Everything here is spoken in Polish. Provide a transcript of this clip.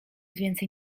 więcej